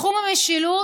בתחום המשילות,